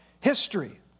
history